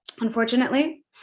unfortunately